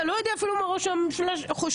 אתה לא יודע אפילו מה ראש הממשלה חושב.